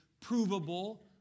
provable